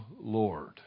Lord